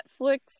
Netflix